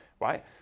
right